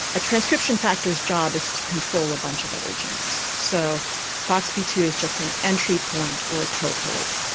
a transcription factor's job is to control a bunch of other genes. so f o ah x p two is just an entry point or a toehold.